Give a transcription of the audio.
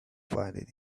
finding